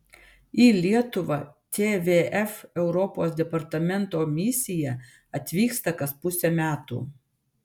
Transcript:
į lietuvą tvf europos departamento misija atvyksta kas pusę metų